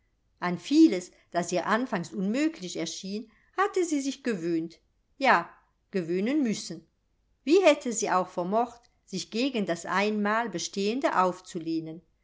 an vieles das ihr anfangs unmöglich erschien hatte sie sich gewöhnt ja gewöhnen müssen wie hätte sie auch vermocht sich gegen das einmal bestehende aufzulehnen